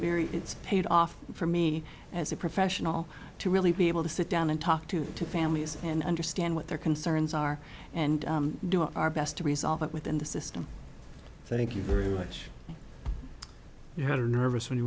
very it's paid off for me as a professional to really be able to see down and talk to two families and understand what their concerns are and do our best to resolve it within the system thank you very much you had a nervous when you